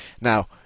Now